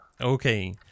Okay